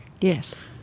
Yes